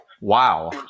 Wow